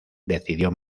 decidió